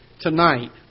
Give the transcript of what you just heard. tonight